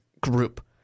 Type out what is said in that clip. group